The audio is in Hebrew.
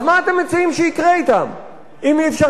אז מה אתם מציעים שיקרה אתם אם אי-אפשר